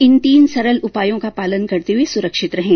इन तीन सरल उपायों का पालन करते हुए सुरक्षित रहें